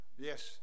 Yes